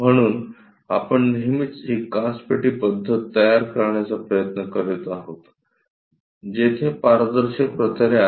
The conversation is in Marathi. म्हणून आपण नेहमीच ही काचपेटी पद्धत तयार करण्याचा प्रयत्न करीत आहोत जेथे पारदर्शक प्रतले आहेत